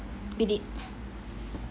with it